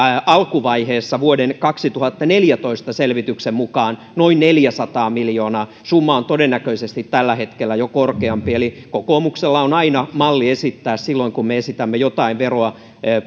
alkuvaiheessa vuoden kaksituhattaneljätoista selvityksen mukaan noin neljäsataa miljoonaa summa on todennäköisesti tällä hetkellä jo korkeampi eli kokoomuksella on aina malli esittää silloin kun me esitämme jotain veroa